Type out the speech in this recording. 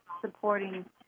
Supporting